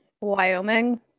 Wyoming